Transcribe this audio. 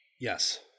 Yes